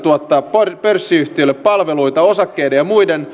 tuottaa pörssiyhtiöille palveluita osakkeiden ja muiden arvopapereiden liikkeeseenlaskuun